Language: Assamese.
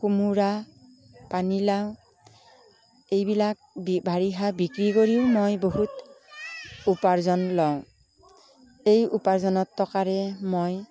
কোমোৰা পানীলাও এইবিলাক দি বাৰিষা বিক্ৰী কৰিও মই বহুত উপাৰ্জন লওঁ এই উপাৰ্জনৰ টকাৰে মই